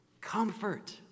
Comfort